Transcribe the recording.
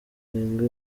rwenga